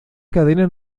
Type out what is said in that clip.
cadenas